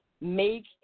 make